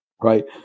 right